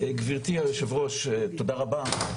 גברתי היושבת ראש, תודה רבה.